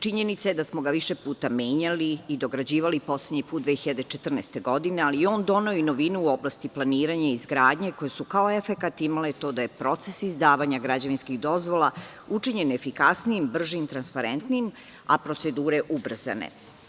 Činjenica je da smo ga više puta menjali i dograđivali, poslednji put 2014. godine, ali je on doneo i novine u oblasti planiranja i izgradnje, koje su kao efekat imale to da je proces izdavanja građevinskih dozvola učinjen efikasnijim, bržim i transparentnijim, a procedure ubrzane.